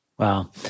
Wow